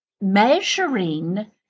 measuring